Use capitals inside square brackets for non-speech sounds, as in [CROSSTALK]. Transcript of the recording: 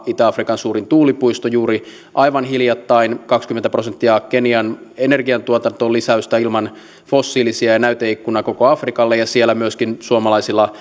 itä afrikan suurin tuulipuisto ja juuri aivan hiljattain kaksikymmentä prosenttia kenian energiantuotantoon lisäystä ilman fossiilisia näyteikkuna koko afrikalle ja siellä myöskin suomalaisilla [UNINTELLIGIBLE]